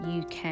UK